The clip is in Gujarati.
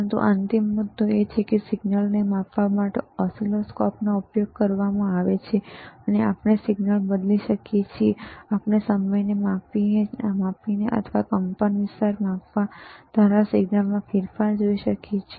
પરંતુ અંતિમ મુદ્દો એ છે કે સિગ્નલને માપવા માટે ઓસિલોસ્કોપનો ઉપયોગ કરવામાં આવે છે અને આપણે સિગ્નલ બદલી શકીએ છીએ અને આપણે સમયને માપીને અથવા કંપનવિસ્તાર માપવા દ્વારા સિગ્નલમાં ફેરફાર જોઈ શકીએ છીએ